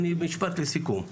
משפט לסיכום,